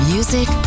Music